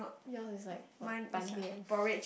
yours is like what Ban-Mian